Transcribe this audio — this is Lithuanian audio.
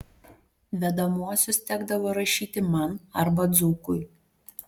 vedamuosius tekdavo rašyti man arba dzūkui